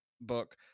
book